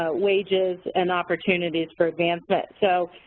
ah wages and opportunities for advancement. so,